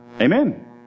Amen